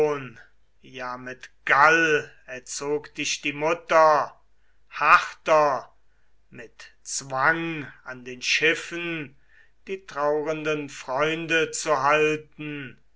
ja mit gall erzog dich die mutter harter mit zwang an den schiffen die traurenden freunde zu halten